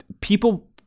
People